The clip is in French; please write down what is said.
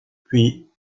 puis